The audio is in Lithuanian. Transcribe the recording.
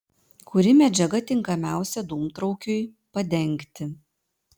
kuri medžiaga tinkamiausia dūmtraukiui padengti